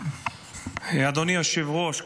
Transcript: אדוני היושב-ראש,